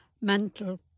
mental